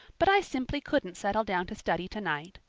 but i simply couldn't settle down to study tonight.